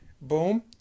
boom